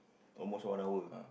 almost one hour